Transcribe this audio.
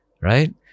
right